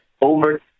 over